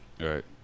Right